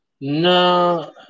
No